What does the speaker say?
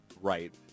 right